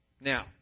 Now